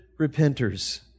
repenters